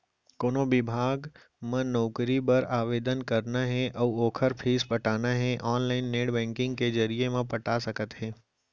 कोनो बिभाग म नउकरी बर आवेदन करना हे अउ ओखर फीस पटाना हे ऑनलाईन नेट बैंकिंग के जरिए म पटा सकत हे